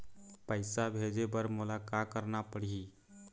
पैसा भेजे बर मोला का करना पड़ही?